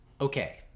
okay